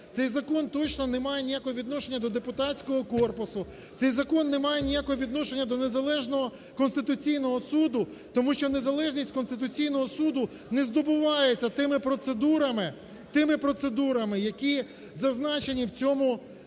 Цей закон точно не має ніякого відношення до депутатського корпусу, цей закон не має ніякого відношення до незалежного Конституційного Суду, тому що незалежність Конституційного Суду не здобувається тими процедурами, тими процедурами, які зазначені в цьому законі.